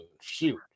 Shoot